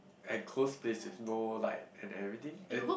enclosed space with no light and everything and